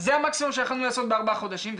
זה המקסימום שיכולנו לעשות בארבעה חודשים,